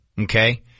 Okay